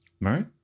right